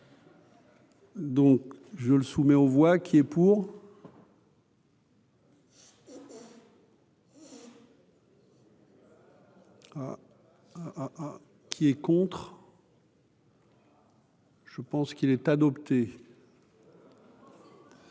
Donc je le soumets aux voix qui est pour. Qui est contre. Je pense qu'il est adopté.